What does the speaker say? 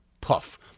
Puff